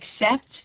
accept